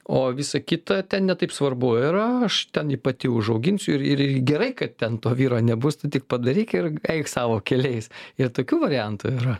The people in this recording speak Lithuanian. o visa kita ten ne taip svarbu yra aš ten jį pati užauginsiu ir ir ir gerai kad ten to vyro nebus tu tik padaryk ir eik savo keliais ir tokių variantų yra